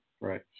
right